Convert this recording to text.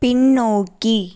பின்னோக்கி